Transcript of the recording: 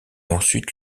ensuite